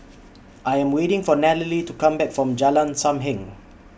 I Am waiting For Natalie to Come Back from Jalan SAM Heng